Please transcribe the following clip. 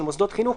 של מוסדות חינוך.